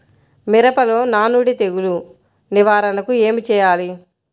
మిరపలో నానుడి తెగులు నివారణకు ఏమి చేయాలి?